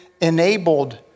enabled